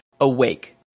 awake